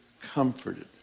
comforted